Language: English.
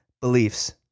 beliefs